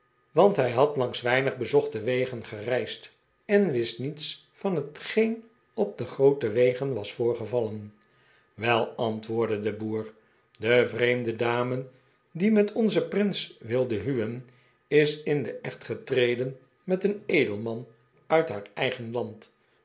want hij had langs weinig bezochte wegen gereisd en wist niets van hetgeen op de groote wegen was voorgevallen wel antwoordde de boer de vreemde dame die met onzen prins wilde huwen is in den echt getreden met een edelman uit haar eigen land